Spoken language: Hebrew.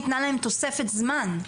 ניתנה להם תוספת זמן.